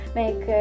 make